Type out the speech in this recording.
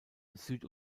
süd